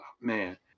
Man